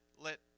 let